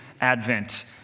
Advent